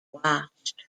watched